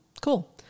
cool